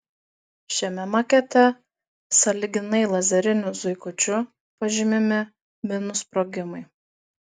šiame makete sąlyginai lazeriniu zuikučiu pažymimi minų sprogimai